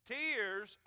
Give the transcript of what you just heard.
Tears